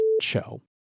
show